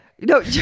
no